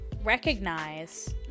recognize